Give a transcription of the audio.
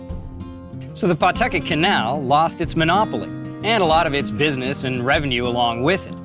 so the pawtucket canal lost its monopoly and a lot of its business and revenue along with it.